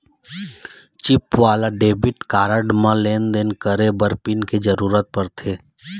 chip वाला debit card म लेन देन करे बर पिन के जरूरत परथे